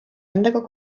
endaga